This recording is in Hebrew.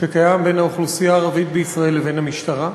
שקיים בין האוכלוסייה הערבית בישראל לבין המשטרה,